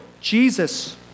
Jesus